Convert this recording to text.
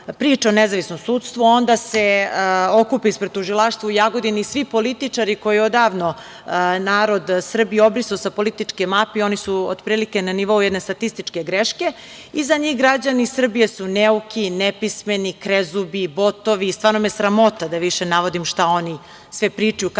priča o nezavisnom sudstvu, a onda se okupe ispred tužilaštva u Jagodini svi političari koje je odavno narod Srbije obrisao sa političke mape i oni su otprilike na nivou jedne statističke greške. Za njih su građani Srbije neuki, nepismeni, krezubi, botovi. Stvarno me sramota da više navodim šta oni sve pričaju